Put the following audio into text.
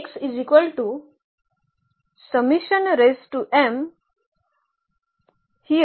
तर आपल्याकडे आहे